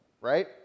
right